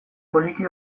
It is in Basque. poliki